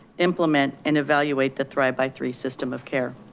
implement and evaluate the thrive by three system of care.